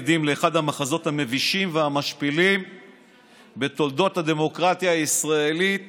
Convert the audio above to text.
היינו עדים לאחד המחזות המבישים והמשפילים בתולדות הדמוקרטיה הישראלית